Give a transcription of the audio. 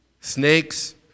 snakes